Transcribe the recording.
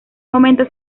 momento